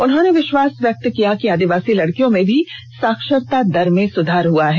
उन्होंने विष्वास व्यक्त किया कि आदिवासी लड़कियों में भी साक्षरता दर में सुधार हुआ है